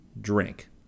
drink